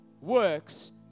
works